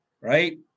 right